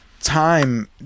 time